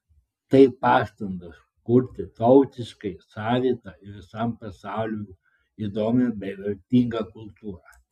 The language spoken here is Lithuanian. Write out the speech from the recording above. tai pastangos kurti tautiškai savitą ir visam pasauliui įdomią bei vertingą kultūrą